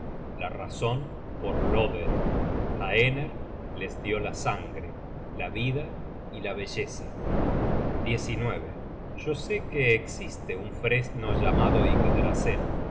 la razon por loder haener les dió la sangre la vida y la belleza yo sé que existe un fresno llamado